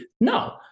No